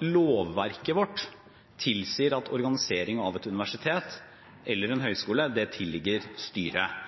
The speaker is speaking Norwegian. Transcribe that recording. Lovverket vårt tilsier at organiseringen av et universitet eller en høyskole tilligger styret.